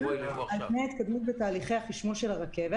על פני התקדמות בתהליכי החשמול של הרכבת.